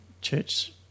church